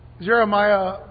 Jeremiah